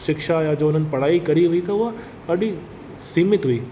शिक्षा या जो उन्हनि पढ़ाई करी हुई त उहा ॾाढी सीमित हुई